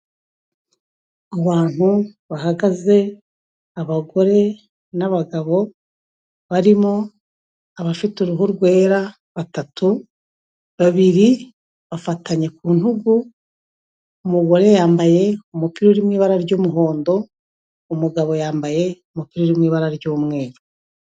Ku bantu bahagaze, abagore n'abagabo, barimo abafite uruhu rwera batatu, babiri bafatanye ku ntugu, umugore yambaye umupira uri mu ibara ry'umuhondo, umugabo yambaye umupira uri mu ibara ry'umweru.